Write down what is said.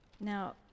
Now